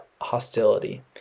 hostility